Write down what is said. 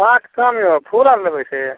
आवाज कम यऽ फूल आओर लेबे से